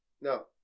No